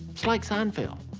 it's like seinfeld.